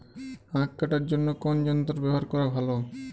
আঁখ কাটার জন্য কোন যন্ত্র ব্যাবহার করা ভালো?